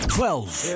Twelve